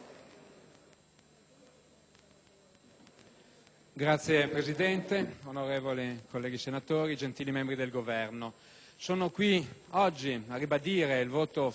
Signora Presidente, onorevoli colleghi senatori, gentili membri del Governo, sono qui oggi a ribadire il voto favorevole della Lega Nord